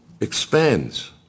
expands